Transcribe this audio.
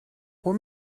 what